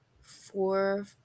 four